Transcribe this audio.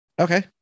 Okay